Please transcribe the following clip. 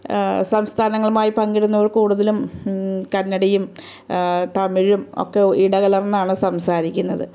സംസ്ഥാനങ്ങളുമായി പങ്കിടുന്നത് കൂടുതലും കന്നഡയും തമിഴും ഒക്കെ ഇടകലർന്നാണ് സംസാരിക്കുന്നത്